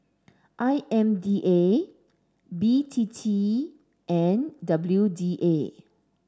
I M D A B T T and W D A